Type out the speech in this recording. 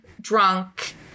drunk